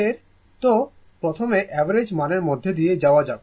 তো প্রথমে অ্যাভারেজ মানের মধ্য দিয়ে যাওয়া যাক